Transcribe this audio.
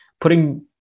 putting